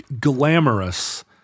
glamorous